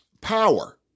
power